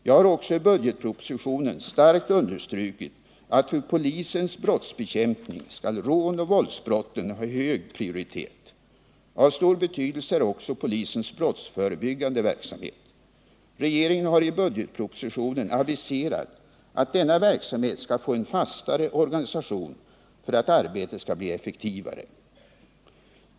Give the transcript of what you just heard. Jag har också i budgetpropositionen starkt understrukit att vid polisens brottsbekämpning rånoch våldsbrotten skall ha hög prioritet. Av stor betydelse är också polisens brottsförebyggande verksamhet. Regeringen har i budgetpropositionen aviserat att denna verksamhet skall få en fastare organisation för att arbetet skall bli effektivare.